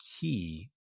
key